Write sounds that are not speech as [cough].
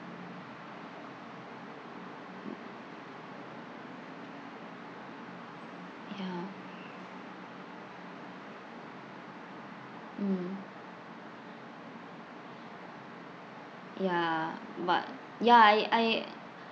[noise] ya mm ya but ya I I